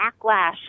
backlash